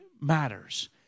matters